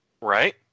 right